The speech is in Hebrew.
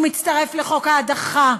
הוא מצטרף לחוק ההדחה,